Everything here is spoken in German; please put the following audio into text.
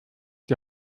die